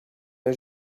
meu